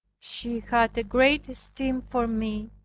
she had a great esteem for me,